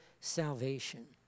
salvation